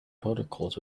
protocols